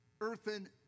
earthen